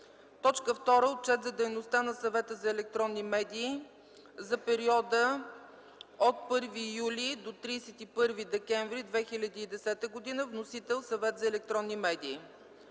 2. Отчет за дейността на Съвета за електронни медии за периода от 1 юли до 31 декември 2010 г. (Вносител: Съвет за електронни медии.)